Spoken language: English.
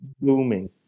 booming